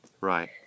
Right